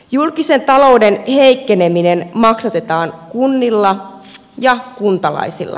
julkisen talouden heikkeneminen maksatetaan kunnilla ja kuntalaisilla